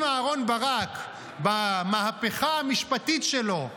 אם אהרן ברק, במהפכה המשפטית שלו,